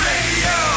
Radio